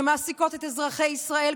שמעסיקות את אזרחי ישראל,